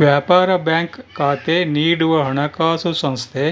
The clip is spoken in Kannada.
ವ್ಯಾಪಾರ ಬ್ಯಾಂಕ್ ಖಾತೆ ನೀಡುವ ಹಣಕಾಸುಸಂಸ್ಥೆ